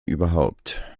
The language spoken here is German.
überhaupt